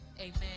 Amen